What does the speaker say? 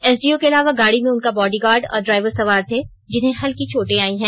SDO के अलावा गाडी में उनका बॉडीगार्ड और डाइवर सवार थे जिन्हें हल्की चोटें आई है